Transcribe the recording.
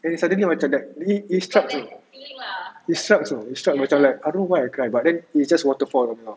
and it's suddenly macam that it it strucks [tau] it strucks [tau] it strucks macam like I don't know why I cry but then it's just waterfall